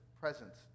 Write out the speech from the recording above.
presence